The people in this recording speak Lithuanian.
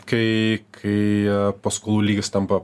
kai kai paskolų lygis tampa